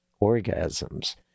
orgasms